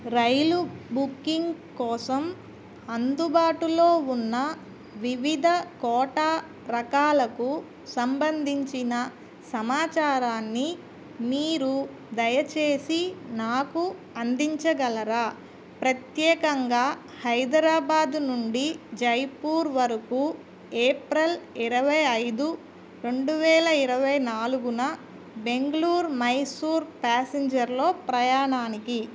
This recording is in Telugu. రైలు బుక్కింగ్ కోసం అందుబాటులో ఉన్న వివిధ కోటా రకాలకు సంబంధించిన సమాచారాన్ని మీరు దయచేసి నాకు అందించగలరా ప్రత్యేకంగా హైదరాబాద్ నుండి జైపూర్ వరకు ఏప్రెల్ ఇరవై ఐదు రెండు వేల ఇరవై నాలుగున బెంగ్ళూర్ మైసూర్ ప్యాసింజర్లో ప్రయాణానికి